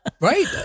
right